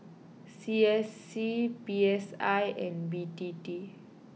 C S C P S I and B T T